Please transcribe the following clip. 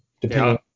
Depending